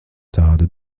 tāda